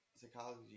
psychology